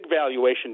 valuation